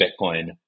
Bitcoin